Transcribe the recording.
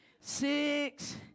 six